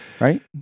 Right